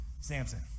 Samson